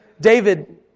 David